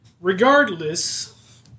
Regardless